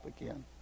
again